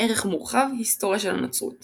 ערך מורחב – היסטוריה של הנצרות